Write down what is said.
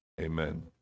Amen